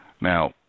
Now